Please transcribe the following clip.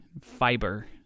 fiber